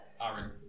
Aaron